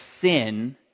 sin